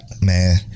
man